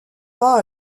pas